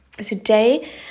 Today